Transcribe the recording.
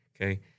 okay